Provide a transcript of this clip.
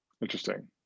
Interesting